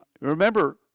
remember